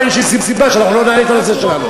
אין שום סיבה שאנחנו לא נעלה את הנושא שלנו.